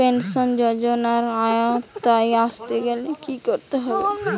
Pension যজোনার আওতায় আসতে গেলে কি করতে হবে?